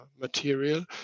material